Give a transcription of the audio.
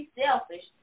selfish